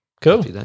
cool